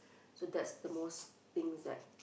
so that's the most things that